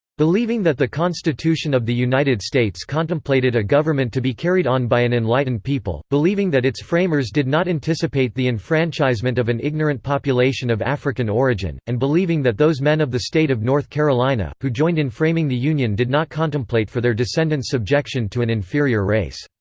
believing that the constitution of the united states contemplated a government to be carried on by an enlightened people believing that its framers did not anticipate the enfranchisement of an ignorant population of african origin, and believing that those men of the state of north carolina, who joined in framing the union did not contemplate for their descendants subjection to an inferior race.